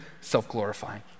self-glorifying